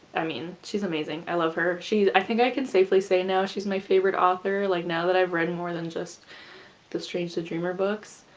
i mean she's amazing i love her, she's, i think i can safely say now she's my favorite author like now that i've read more than just the strange the dreamer books,